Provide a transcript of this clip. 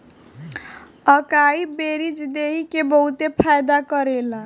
अकाई बेरीज देहि के बहुते फायदा करेला